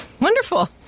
wonderful